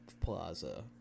plaza